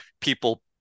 people